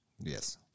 yes